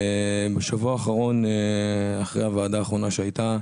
בשבוע האחרון אחרי הוועדה האחרונה שהייתה